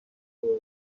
دوباره